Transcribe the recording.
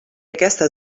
aquesta